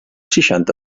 seixanta